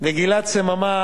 לגלעד סממה,